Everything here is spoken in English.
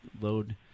load